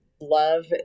love